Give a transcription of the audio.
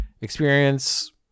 experience